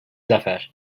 zafer